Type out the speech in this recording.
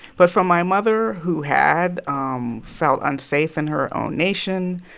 but for my mother, who had um felt unsafe in her own nation,